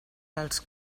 als